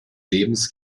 lebens